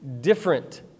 different